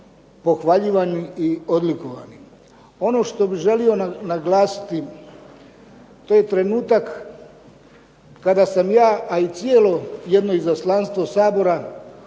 pohvaljivani i odlikovani. Ono što bih želio naglasiti to je trenutak kada sam ja a i cijelo jedno izaslanstvo Sabora